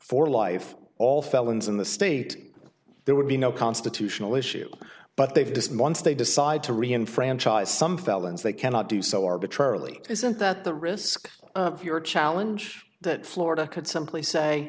for life all felons in the state there would be no constitutional issue but they've just months they decide to re enfranchise some felons they cannot do so arbitrarily isn't that the risk of your challenge that florida could simply say